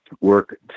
work